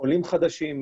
עולים חדשים,